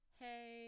hey